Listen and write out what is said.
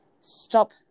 stop